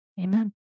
Amen